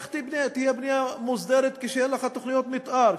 איך תהיה בנייה מוסדרת כשאין לך תוכניות מתאר,